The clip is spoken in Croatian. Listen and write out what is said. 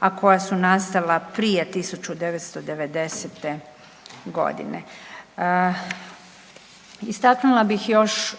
a koja su nastala prije 1990. godine. Istaknula bih još